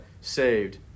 saved